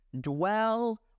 dwell